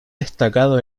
destacado